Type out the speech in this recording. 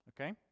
Okay